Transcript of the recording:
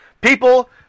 People